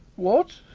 what,